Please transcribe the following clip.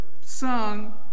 sung